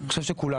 אני חושב שכולנו,